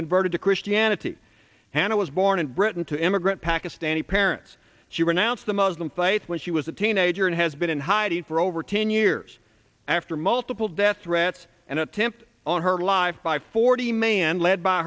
converted to christianity and it was born in britain to immigrant pakistani parents she renounced the muslim faith when she was a teenager and has been in hiding for over ten years after multiple death threats an attempt on her life by forty may and led by